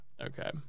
Okay